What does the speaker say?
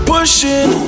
Pushing